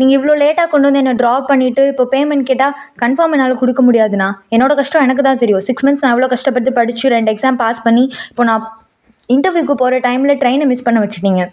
நீங்கள் இவ்வளோ லேட்டாக கொண்டு வந்து என்ன ட்ராப் பண்ணிவிட்டு இப்போ பேமெண்ட் கேட்டால் கன்ஃபார்ம் என்னால் கொடுக்க முடியாதுண்ணா என்னோடய கஷ்டம் எனக்குதான் தெரியும் சிக்ஸ் மந்த்ஸ் நான் எவ்வளோ கஷ்டப்பட்டு படித்து ரெண்டு எக்ஸாம் பாஸ் பண்ணி இப்போ நான் இன்டெர்வியூக்கு போகிற டைமில் ட்ரெயின்னை மிஸ் பண்ண வெச்சுட்டிங்க